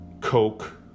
Coke